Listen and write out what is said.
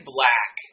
Black